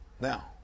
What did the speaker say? Now